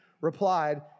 replied